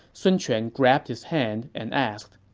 sun quan grabbed his hand and asked,